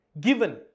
Given